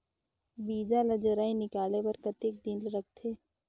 बीजा ला जराई निकाले बार कतेक दिन रखथे?